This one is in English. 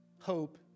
hope